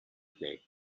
play